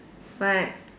what